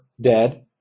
dead